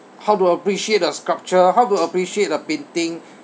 how to appreciate a sculpture how to appreciate a painting